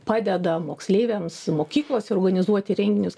padeda moksleiviams mokyklose organizuoti renginius